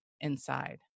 inside